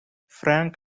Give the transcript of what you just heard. frank